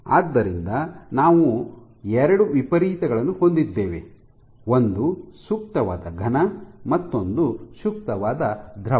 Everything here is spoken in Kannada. ಆದ್ದರಿಂದ ಈಗ ನಾವು ಎರಡು ವಿಪರೀತಗಳನ್ನು ಹೊಂದಿದ್ದೇವೆ ಒಂದು ಸೂಕ್ತವಾದ ಘನ ಮತ್ತೊಂದು ಸೂಕ್ತವಾದ ದ್ರವ